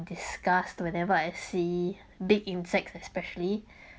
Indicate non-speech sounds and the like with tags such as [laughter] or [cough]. disgust whenever I see big insects especially [breath]